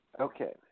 Okay